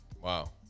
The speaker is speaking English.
wow